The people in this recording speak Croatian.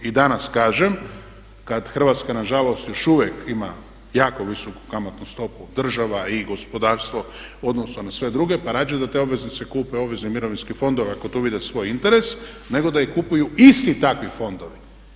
I danas kažem kad Hrvatska nažalost još uvijek ima jako visoku kamatnu stopu, država i gospodarstvo u odnosu na sve druge, pa radije da te obveznice kupe obvezni mirovinski fondovi ako tu vide svoj interes nego da ih kupuju isti takvi fondovi.